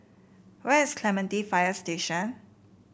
where is Clementi Fire Station